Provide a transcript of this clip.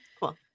cool